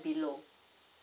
below